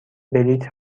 بلیط